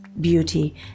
beauty